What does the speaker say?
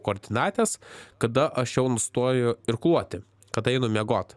koordinates kada aš jau nustoju irkluoti kad einu miegot